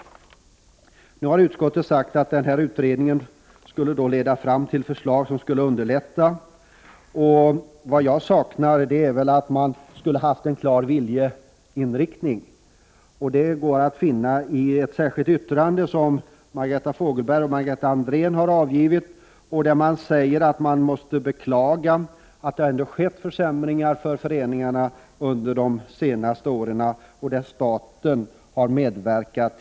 Utskottet har i betänkandet uttalat att den aktuella utredningen skulle leda fram till förslag som skulle underlätta folkrörelsernas arbete. Vad jag saknar är ett uttryck för en klar viljeinriktning. Ett sådant går att finna i det särskilda yttrande som Margareta Fogelberg och Margareta Andrén har avgivit. Där står att det måste beklagas att det ändå har skett klara försämringar för föreningarna under de senaste åren, varvid staten har medverkat.